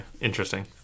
interesting